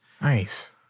Nice